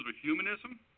humanism